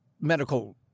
medical